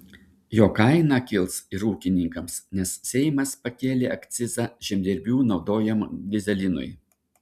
jo kaina kils ir ūkininkams nes seimas pakėlė akcizą žemdirbių naudojamam dyzelinui